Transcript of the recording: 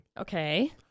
Okay